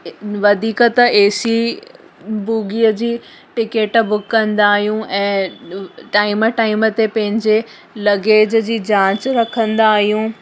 ए वधीक त A C बोगीअ जी टिकेट बुक कंदायूं ऐं टाइम टाइम ते पंहिंजे लगेज जी जांच रखंदा आहियूं